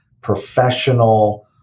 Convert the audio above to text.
professional